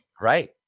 right